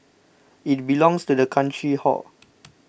it belongs to the country hor